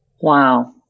Wow